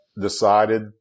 decided